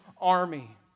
army